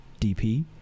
DP